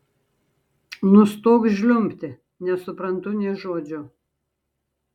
nustok žliumbti nesuprantu nė žodžio